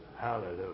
Hallelujah